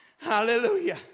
Hallelujah